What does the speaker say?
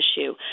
issue